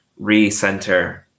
recenter